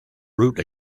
route